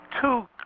two